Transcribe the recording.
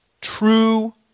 true